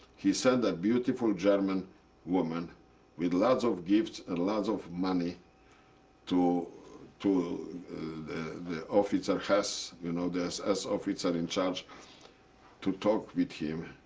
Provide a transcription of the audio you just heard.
he sent a beautiful german woman with lots of gifts and lots of money to to the the officer hess you know the ss officer in charge to talk with him.